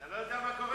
אתה לא יודע מה קורה?